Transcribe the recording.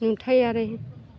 नुथायारि